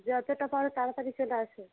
যতটা পারো তাড়াতাড়ি চলে এসো